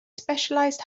specialized